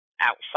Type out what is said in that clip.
outside